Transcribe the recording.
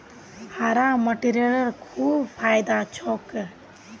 हरा मटरेर खूब फायदा छोक